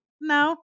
no